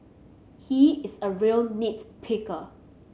he is a real nit picker